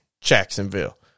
Jacksonville